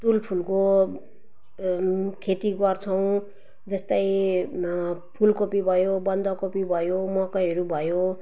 तुलफुलको खेती गर्छौँ जस्तै फुलकोपी भयो बन्दकोपी भयो मकैहरू भयो